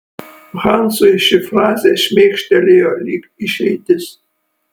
hansui ši frazė šmėkštelėjo lyg išeitis